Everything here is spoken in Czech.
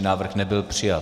Návrh nebyl přijat.